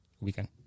Weekend